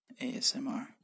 ASMR